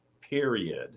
period